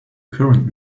current